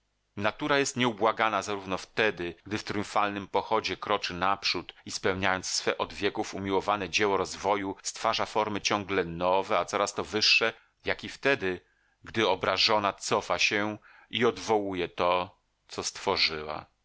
globie natura jest nieubłagana zarówno wtedy gdy w tryumfalnym pochodzie kroczy naprzód i spełniając swe od wieków umiłowane dzieło rozwoju stwarza formy ciągle nowe a coraz to wyższe jak i wtedy gdy obrażona cofa się i odwołuje to co stworzyła